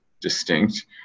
distinct